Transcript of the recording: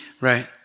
right